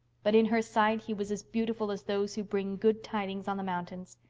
but in her sight he was as beautiful as those who bring good tidings on the mountains.